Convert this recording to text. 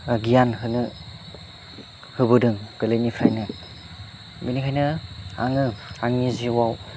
गियान होनो होबोदों गोरलैनिफ्रायनो बेनिखायनो आङो आंनि जिउआव